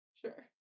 Sure